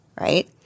right